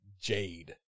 Jade